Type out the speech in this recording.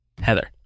Heather